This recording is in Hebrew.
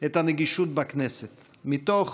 את הנגישות בכנסת מתוך